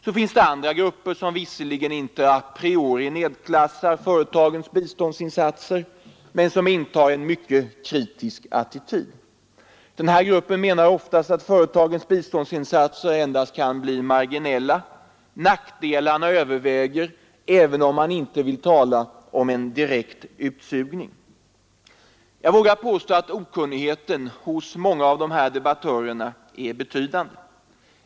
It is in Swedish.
Så finns det andra grupper, som visserligen inte a priori nedklassar företagens biståndsinsatser men som intar en mycket kritisk attityd. Denna grupp menar oftast att företagens biståndsinsatser endast kan bli marginella, att nackdelarna överväger, även om man inte vill tala om en direkt utsugning. Jag vågar påstå att okunnigheten hos många av dessa debattörer är betydande.